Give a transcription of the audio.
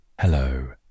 hello